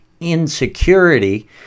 insecurity